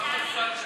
הגברת גרמן,